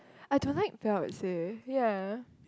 I don't like belts eh ya